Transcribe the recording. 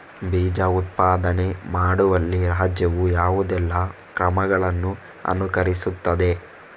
ಬೀಜ ಉತ್ಪಾದನೆ ಮಾಡುವಲ್ಲಿ ರಾಜ್ಯವು ಯಾವುದೆಲ್ಲ ಕ್ರಮಗಳನ್ನು ಅನುಕರಿಸುತ್ತದೆ?